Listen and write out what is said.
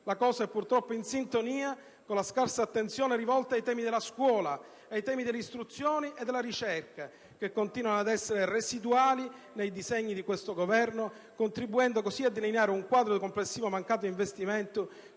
La cosa è, purtroppo, in sintonia con la scarsa attenzione rivolta ai temi della scuola, dell'istruzione e della ricerca, che continuano ad essere residuali nei disegni di questo Governo, contribuendo così a delineare il quadro di un complessivo mancato investimento